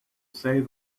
say